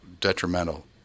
detrimental